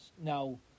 Now